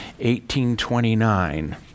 1829